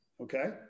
okay